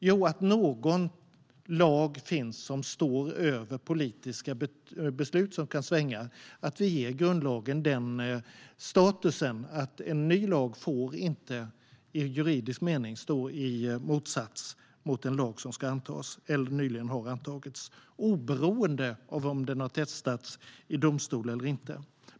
Jo, att någon lag finns som står över politiska beslut, som kan svänga, att vi ger grundlagen den statusen att en ny lag i juridisk mening inte får stå i motsats till en lag som ska antas eller nyligen har antagits, oberoende av om den har testats i domstol eller inte.